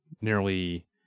nearly